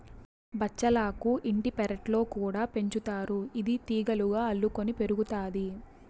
బచ్చలాకు ఇంటి పెరట్లో కూడా పెంచుతారు, ఇది తీగలుగా అల్లుకొని పెరుగుతాది